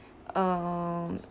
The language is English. um